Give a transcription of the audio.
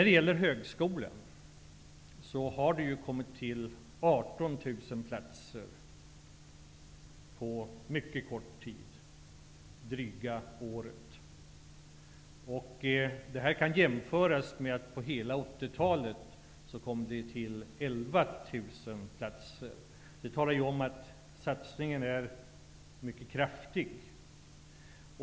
Det har inom högskolan tillkommit 18 000 platser på drygt ett år. Det kan jämföras med att det på hela 1980 talet tillkom 11 000 platser. Det visar att satsningen är mycket kraftig.